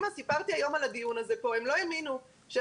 סיפרתי היום על הדיון הזה כאן והם לא האמינו שאני